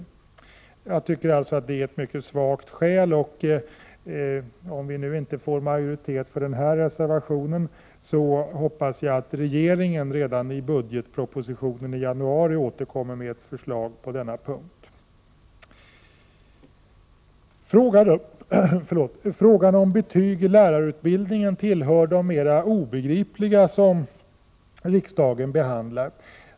Jag tycker alltså att det är mycket svagt skäl, och om vi nu inte får majoritet för denna reservation, hoppas jag att regeringen redan i budgetpropositionen i början av januari återkommer med ett förslag på denna punkt. Frågan om betyg i lärarutbildningen tillhör de mera obegripliga som riksdagen behandlar.